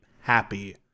happy